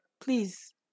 Please